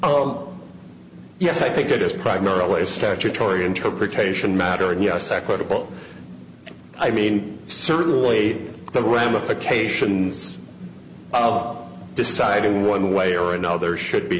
oh yes i think it is primarily a statutory interpretation matter and yes equitable i mean certainly the ramifications of deciding one way or another should be